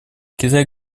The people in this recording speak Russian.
китай